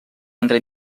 entre